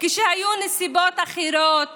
כשהיו נסיבות אחרות